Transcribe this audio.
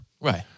Right